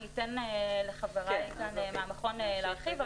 אני אתן לחבריי כאן מהמכון להרחיב,